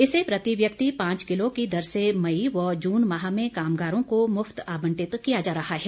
इसे प्रति व्यक्ति पांच किलो की दर से मई व जून माह में कामगारों को मुफ्त आबंटित किया जा रहा है